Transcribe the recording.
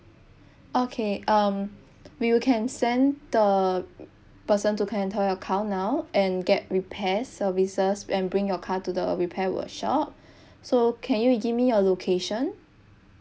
okay um we will can send the person to come and toll your car now and get repairs services when bring your car to the repair workshop so can you give me a location